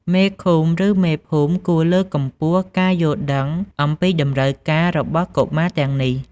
មេឃុំឬមេភូមិគួរលើកកម្ពស់ការយល់ដឹងអំពីតម្រូវការរបស់កុមារទាំងនេះ។